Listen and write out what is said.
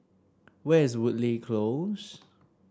where is Woodleigh Close